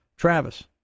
Travis